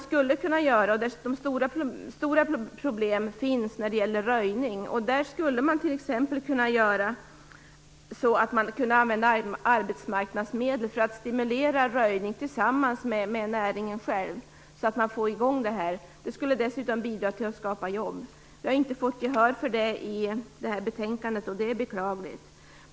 Stora problem finns när det gäller röjning, och man skulle t.ex. kunna använda arbetsmarknadsmedel för att tillsammans med näringen stimulera och få i gång en röjning. Det skulle dessutom bidra till att skapa jobb. Vänsterpartiet har inte fått gehör för förslaget i betänkandet, vilket är beklagligt.